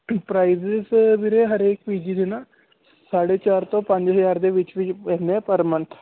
price ਵੀਰੇ ਹਰੇਕ P G ਦੇ ਨਾ ਸਾਢੇ ਚਾਰ ਤੋਂ ਪੰਜ ਹਜ਼ਾਰ ਦੇ ਵਿੱਚ ਵਿੱਚ ਪੈਂਦੇ ਆ ਪਰ ਮੰਥ